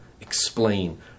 explain